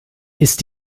ist